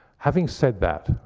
having said that,